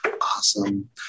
Awesome